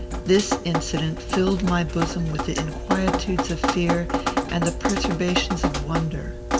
this incident filled my bosom with the inquietudes of fear and the perturbations of wonder.